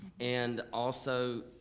and also,